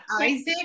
Isaac